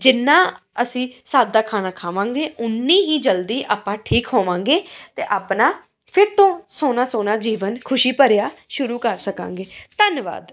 ਜਿੰਨਾ ਅਸੀਂ ਸਾਦਾ ਖਾਣਾ ਖਾਵਾਂਗੇ ਉੱਨੀ ਹੀ ਜਲਦੀ ਆਪਾਂ ਠੀਕ ਹੋਵਾਂਗੇ ਅਤੇ ਆਪਣਾ ਫਿਰ ਤੋਂ ਸੋਹਣਾ ਸੋਹਣਾ ਜੀਵਨ ਖੁਸ਼ੀ ਭਰਿਆ ਸ਼ੁਰੂ ਕਰ ਸਕਾਂਗੇ ਧੰਨਵਾਦ